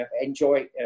enjoy